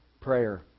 Prayer